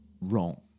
wrong